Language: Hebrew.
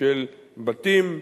של בתים.